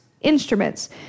instruments